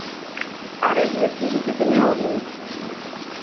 अरे B S C की कितनी होगी